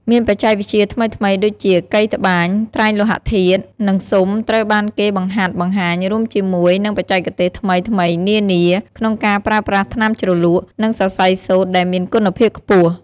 មានបច្ចេកវិទ្យាថ្មីៗដូចជា កីត្បាញ ត្រែងលោហធាតុ និងស៊ុំត្រូវបានគេបង្ហាត់បង្ហាញរួមជាមួយ និងបច្ចេកទេសថ្មីៗនានា ក្នុងការប្រើប្រាស់ថ្នាំជ្រលក់ និងសរសៃសូត្រដែលមានគុណភាព ខ្ពស់។